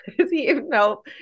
No